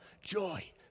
joy